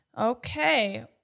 Okay